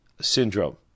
syndrome